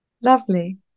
Lovely